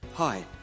Hi